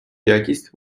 якість